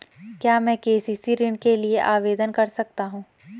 क्या मैं के.सी.सी ऋण के लिए आवेदन कर सकता हूँ?